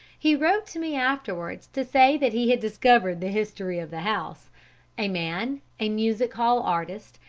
he wrote to me afterwards to say that he had discovered the history of the house a man, a music-hall artist,